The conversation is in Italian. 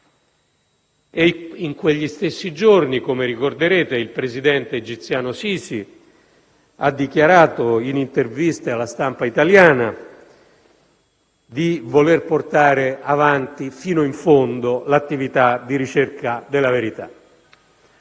In quegli stessi giorni, come ricorderete, il Presidente egiziano al-Sisi ha dichiarato, in interviste rilasciate alla stampa italiana, di voler portare avanti fino in fondo l'attività di ricerca della verità.